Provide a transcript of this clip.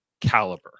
caliber